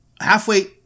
halfway